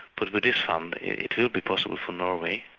but with this fund it will be possible for norway